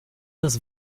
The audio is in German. das